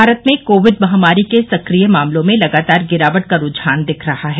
भारत में कोविड महामारी के सक्रिय मामलों में लगातार गिरावट का रूझान दिख रहा है